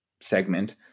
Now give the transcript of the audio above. segment